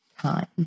time